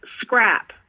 scrap